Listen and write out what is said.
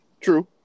True